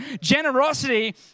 Generosity